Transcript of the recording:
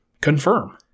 confirm